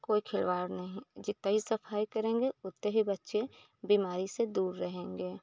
कोई खिलवाड़ नहीं जितना भी सफ़ाई करेंगे उतना ही बच्चे बीमारी से दूर रहेंगे